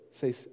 say